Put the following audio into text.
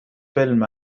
film